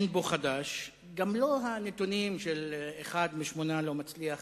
אין בו חדש, גם לא הנתונים שאחד משמונה לא מצליח